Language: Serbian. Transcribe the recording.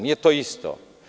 Nije to isto.